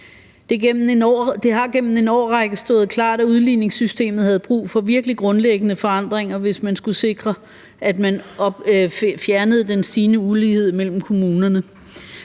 Det har gennem en årrække stået klart, at udligningssystemet havde brug for virkelig grundlæggende forandringer, hvis man skulle sikre, at man fjernede den stigende ulighed mellem kommunerne.